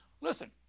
Listen